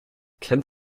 kennt